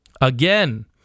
again